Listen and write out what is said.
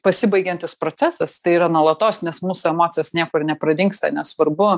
pasibaigiantis procesas tai yra nuolatos nes mūsų emocijos niekur nepradingsta nesvarbu